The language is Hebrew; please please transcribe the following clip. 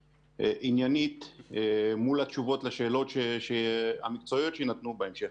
עניינית מול התשובות לשאלות המקצועיות שיינתנו בהמשך,